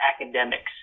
academics